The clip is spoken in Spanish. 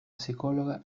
psicóloga